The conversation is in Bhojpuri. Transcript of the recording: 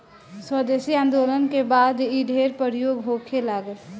स्वदेशी आन्दोलन के बाद इ ढेर प्रयोग होखे लागल